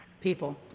People